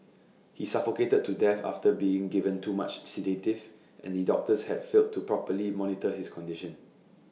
he suffocated to death after being given too much sedative and the doctors had failed to properly monitor his condition